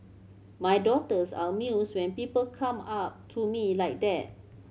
my daughters are amused when people come up to me like that